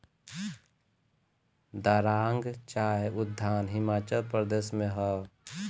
दारांग चाय उद्यान हिमाचल प्रदेश में हअ